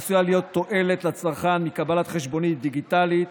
עשויה להיות תועלת לצרכן מקבלת חשבונית דיגיטלית,